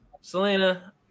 Selena